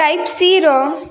type ସି'ର